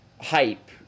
hype